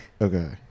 Okay